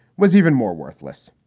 was even more worthless.